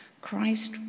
Christ